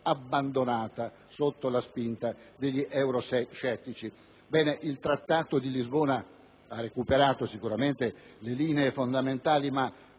abbandonata sotto la spinta degli euroscettici. Il Trattato di Lisbona ne ha recuperato sicuramente le linee fondamentali, ma